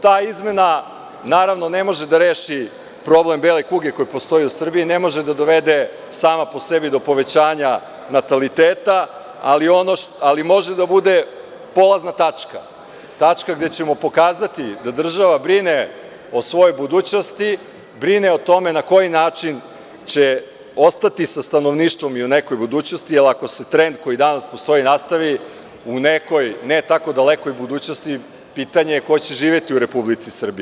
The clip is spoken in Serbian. Ta izmena naravno ne može da reši problem bele kuge koji postoji u Srbiji, ne može da dovede sama po sebi do povećanja nataliteta, ali može da bude polazna tačka, tačka gde ćemo pokazati da država brine o svojoj budućnosti, brine o tome na koji način će ostati sa stanovništvom u nekoj budućnosti, jer ako se trend, koji danas postoji, nastavi, u nekoj ne tako dalekoj budućnosti pitanje je ko će živeti u Republici Srbiji.